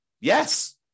Yes